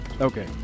Okay